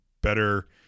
better